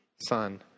son